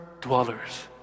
dwellers